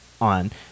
on